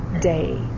day